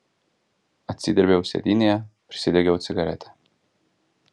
atsidrėbiau sėdynėje prisidegiau cigaretę